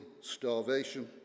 starvation